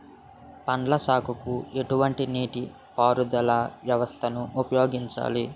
పండ్ల సాగుకు ఎటువంటి నీటి పారుదల వ్యవస్థను ఉపయోగిస్తారు?